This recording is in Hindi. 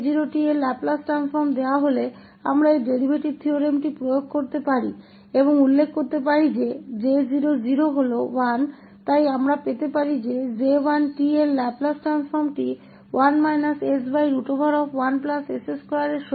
इसलिए J0𝑡 के लाप्लास ट्रांसफॉर्म को देखते हुए हम इस डेरीवेटिव प्रमेय को लागू कर सकते हैं और यह नोट कर सकते हैं कि J0𝑡 1 है इसलिए हम प्राप्त कर सकते हैं कि J1𝑡 का लाप्लास ट्रांसफॉर्म 1 11s2 के बराबर है